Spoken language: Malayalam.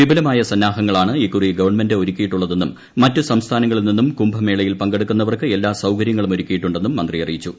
വിപുലമായ സന്നാഹങ്ങളാണ് ഇക്കൂറി ഗ്വൺമെന്റ് ഒരുക്കിയിട്ടുള്ളതെന്നും മറ്റ് സംസ്ഥാനങ്ങളിൽ നിന്നും കുംഭമേളയിൽ പങ്കെടുക്കുന്നവർക്ക് എല്ലാ സ്ജകർ്യങ്ങളും ഒരുക്കിയിട്ടുണ്ടെന്നും മന്ത്രി അറിയിച്ചു